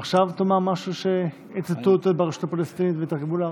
תאמר משהו שיצטטו אותו ברשות הפלסטינית ויתרגמו לערבית?